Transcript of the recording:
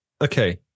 okay